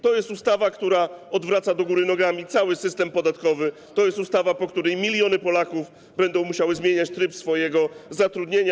To jest ustawa, która odwraca do góry nogami cały system podatkowy, to jest ustawa, po której miliony Polaków będą musiały zmieniać tryb swojego zatrudnienia.